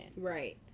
right